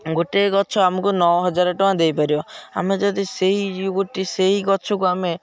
ଗୋଟେ ଗଛ ଆମକୁ ନଅ ହଜାର ଟଙ୍କା ଦେଇପାରିବ ଆମେ ଯଦି ସେଇ ଗୋଟିଏ ସେଇ ଗଛକୁ ଆମେ